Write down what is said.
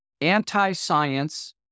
anti-science